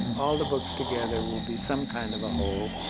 all the books together will be some kind of a whole,